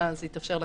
ואז יתאפשר לכנסת,